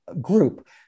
group